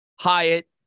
Hyatt